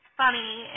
funny